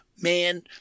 Man